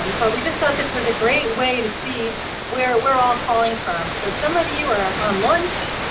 um but we just thought this was a great way to see where we're all calling from. so, some of you are on lunch,